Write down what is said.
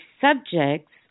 subjects